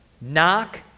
Knock